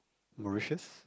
Mauritius